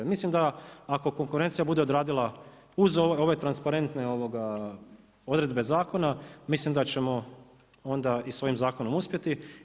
Mislim da ako konkurencija bude odradila uz ove transparentne odredbe zakona, mislim da ćemo onda i s ovim zakonom uspjeti.